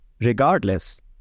regardless